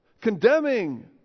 condemning